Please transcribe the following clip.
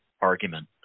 argument